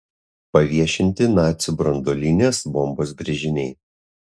paviešinti nacių branduolinės bombos brėžiniai